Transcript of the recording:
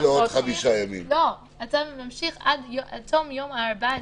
- הצו ממשיך עד תום יום ה-14.